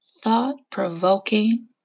thought-provoking